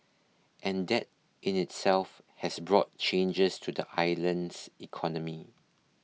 and that in itself has brought changes to the island's economy